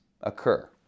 occur